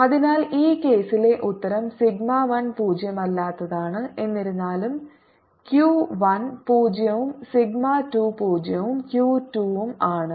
അതിനാൽ ഈ കേസിലെ ഉത്തരം സിഗ്മ 1 പൂജ്യമല്ലാത്തതാണ് എന്നിരുന്നാലും Q 1 0 ഉം സിഗ്മ 2 0 ഉം Q 2 ഉം ആണ്